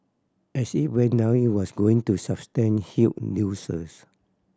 as it went down it was going to sustain huge losses